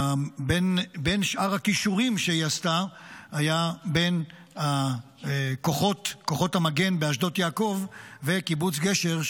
בין שאר הקישורים שהיא עשתה היה בין כוחות המגן באשדות יעקב וקיבוץ גשר,